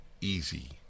easy